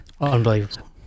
Unbelievable